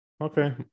Okay